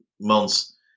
months